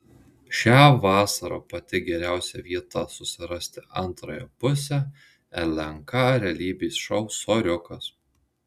šią vasarą pati geriausia vieta susirasti antrąją pusę lnk realybės šou soriukas